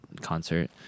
concert